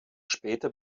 später